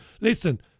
listen